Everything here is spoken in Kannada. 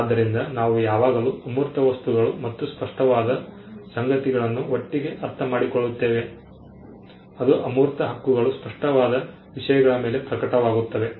ಆದ್ದರಿಂದ ನಾವು ಯಾವಾಗಲೂ ಅಮೂರ್ತ ವಸ್ತುಗಳು ಮತ್ತು ಸ್ಪಷ್ಟವಾದ ಸಂಗತಿಗಳನ್ನು ಒಟ್ಟಿಗೆ ಅರ್ಥಮಾಡಿಕೊಳ್ಳುತ್ತೇವೆ ಅದು ಅಮೂರ್ತ ಹಕ್ಕುಗಳು ಸ್ಪಷ್ಟವಾದ ವಿಷಯಗಳ ಮೇಲೆ ಪ್ರಕಟವಾಗುತ್ತವೆ